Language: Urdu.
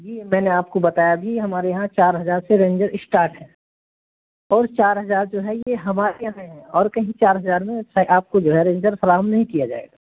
جی میں نے آپ کو بتایا بھی ہمارے یہاں چار ہزار سے رینجر اسٹارٹ ہے اور چار ہزار جو ہے یہ ہمارے یہاں ہے اور کہیں چار ہزار میں آپ کو جو ہے رینجر فراہم نہیں کیا جائے گا